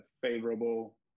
favorable